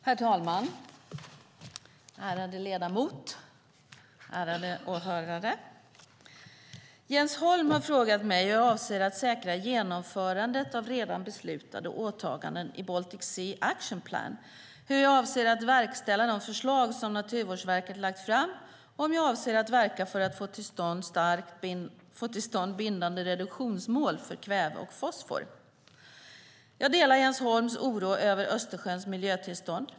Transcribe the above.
Herr talman! Ärade ledamot! Ärade åhörare! Jens Holm har frågat mig hur jag avser att säkra genomförandet av redan beslutade åtaganden i Baltic Sea Action Plan, hur jag avser att verkställa de förslag som Naturvårdsverket lagt fram och om jag avser att verka för att få till stånd bindande reduktionsmål för kväve och fosfor. Jag delar Jens Holms oro över Östersjöns miljötillstånd.